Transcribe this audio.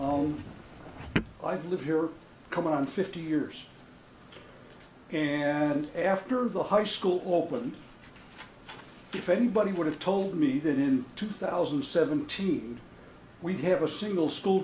home i've lived here come on fifty years and after the high school open if anybody would have told me that in two thousand and seventeen we have a single school